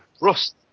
Rust